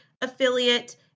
affiliate